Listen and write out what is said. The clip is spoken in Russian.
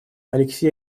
алексей